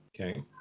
Okay